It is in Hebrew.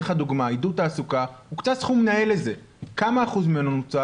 אתן דוגמה: הוקצה לכך סכום נאה ונוצל רק אחוז אחד ממנו.